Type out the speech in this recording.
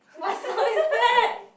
what song is that